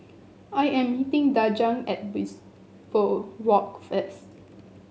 I am meeting Daja at Bishopswalk first